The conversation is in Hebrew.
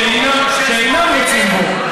שאינם רוצים בו.